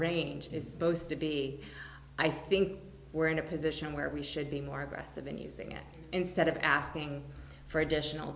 range is supposed to be i think we're in a position where we should be more aggressive in using it instead of asking for additional